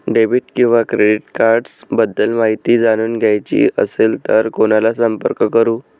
Debit किंवा credit cards बद्दल माहिती जाणून घ्यायची असेल तर कोणाला संपर्क करु?